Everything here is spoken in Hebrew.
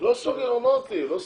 לא סוגר, אמרתי, לא סוגר.